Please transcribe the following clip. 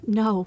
no